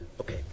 Okay